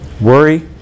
worry